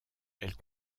elle